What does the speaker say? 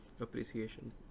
appreciation